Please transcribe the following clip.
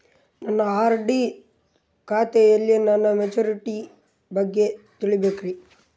ನನ್ನ ಆರ್.ಡಿ ಖಾತೆಯಲ್ಲಿ ನನ್ನ ಮೆಚುರಿಟಿ ಬಗ್ಗೆ ತಿಳಿಬೇಕ್ರಿ